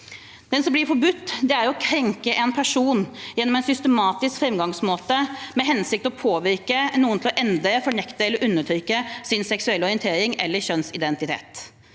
Det som blir forbudt, er å krenke en person gjennom en systematisk framgangsmåte med hensikt å påvirke noen til å endre, fornekte eller undertrykke sin seksuelle orientering eller kjønnsidentitet.